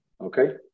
Okay